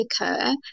occur